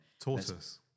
Tortoise